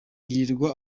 yirirwa